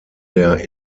der